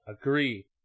agree